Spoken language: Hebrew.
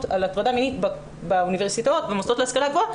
על מניעת הטרדה מינית במוסדות להשכלה גבוהה,